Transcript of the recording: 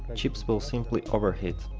chips will simply overheat.